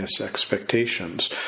expectations